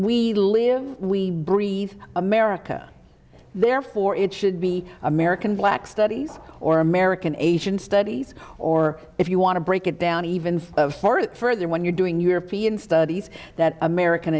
we live we breathe america therefore it should be american black studies or american asian studies or if you want to break it down even further when you're doing european studies that american